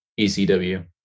ECW